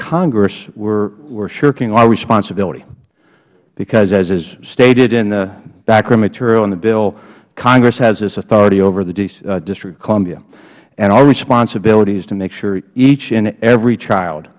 congress we are shirking our responsibility because as is stated in the background material in the bill congress has this authority over the district of columbia and our responsibility is to make sure each and every child